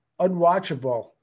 unwatchable